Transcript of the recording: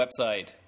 website